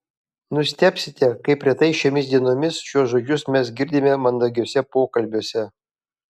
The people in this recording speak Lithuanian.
nustebsite kaip retai šiomis dienomis šiuos žodžius mes girdime mandagiuose pokalbiuose